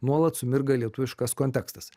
nuolat sumirga lietuviškas kontekstas